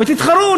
ותתחרו,